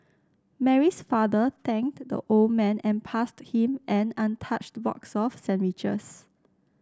Mary's father thanked the old man and passed him an untouched box of sandwiches